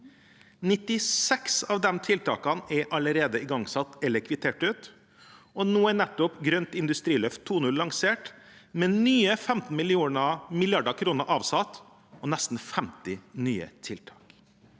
96 av de tiltakene er allerede igangsatt eller kvittert ut, og nå er nettopp et grønt industriløft 2.0 lansert, med nye 15 mrd. kr avsatt og nesten 50 nye tiltak.